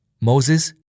Moses